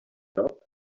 job